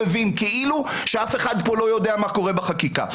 כאילו אף אחד לא יודע מה קורה בחקיקה.